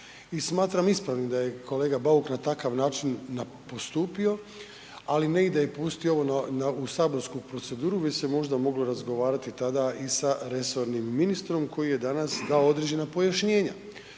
smatram ispravnim da je kolega Bauk na takav način postupio, ali ne i da je pustio ovo u saborsku proceduru već se možda moglo razgovarati tada i sa resornim ministrom koji je danas dao određena pojašnjenja